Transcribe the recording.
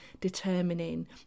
determining